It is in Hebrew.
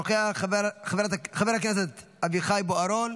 אינו נוכח, חבר הכנסת אביחי בוארון,